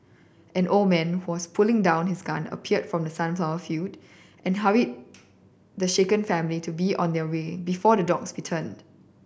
an old man who was putting down his gun appeared from the sunflower field and hurried the shaken family to be on their way before the dogs returned